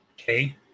Okay